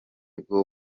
bwo